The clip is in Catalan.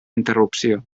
interrupció